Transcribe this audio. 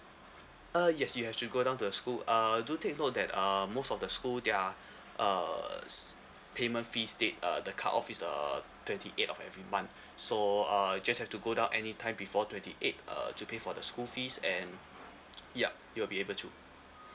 uh yes you have to go down to the school uh do take note that uh most of the school their uh payment fees date uh the cut off is err twenty eighth of every month so uh just have to go down any time before twenty eighth uh to pay for the school fees and yup we will be able to